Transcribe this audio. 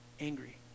angry